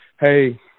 Hey